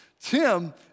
Tim